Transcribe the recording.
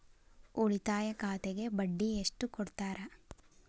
ಉಳಿತಾಯ ಖಾತೆಗೆ ಬಡ್ಡಿ ಎಷ್ಟು ಕೊಡ್ತಾರ?